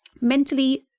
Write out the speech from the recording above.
mentally